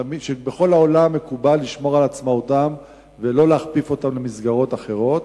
שבכל העולם מקובל לשמור על עצמאותם ולא להכפיף אותם למסגרות אחרות,